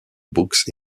books